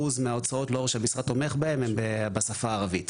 מההוצאות שהמשרד תומך בהם הם בשפה הערבית.